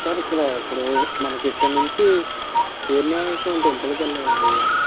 sir ఇక్కడ ఇప్పుడు మనకు ఇక్కడి నుంచి వీరనారాయణ స్వామి టెంపుల్కి వెళ్లాలి అండి